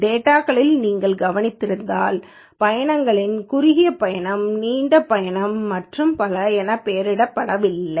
டேட்டாகளில் நீங்கள் கவனித்திருந்தால் பயணங்கள் குறுகிய பயணம் நீண்ட பயணம் மற்றும் பல என பெயரிடப்படவில்லை